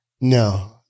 No